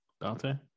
Dante